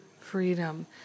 freedom